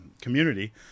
community